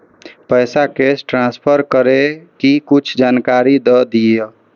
पैसा cash transfer करऐ कि कुछ जानकारी द दिअ